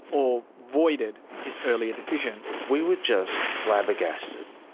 or voided, its earlier decision. we were just flabbergasted,